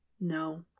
No